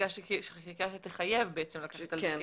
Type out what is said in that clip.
חקיקה שתחייב לקחת על זה כסף.